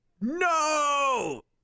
no